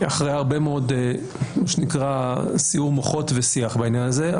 אחרי הרבה מאוד סיעור מוחות ושיח בעניין הזה,